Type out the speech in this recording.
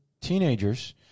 teenagers